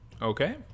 Okay